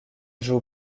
joue